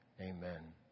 Amen